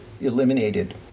eliminated